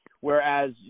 whereas